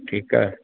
ठीकु आहे